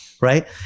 right